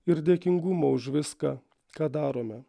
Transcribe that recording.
ir dėkingumo už viską ką darome